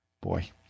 Boy